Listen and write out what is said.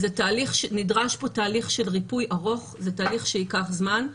נדרש פה תהליך ריפוי שייקח זמן.